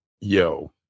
Yo